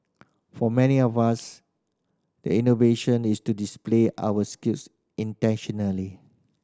for many of us the innovation is to display our skills intentionally